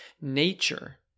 nature